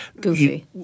Goofy